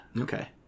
Okay